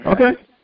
Okay